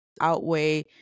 outweigh